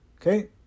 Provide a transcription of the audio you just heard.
okay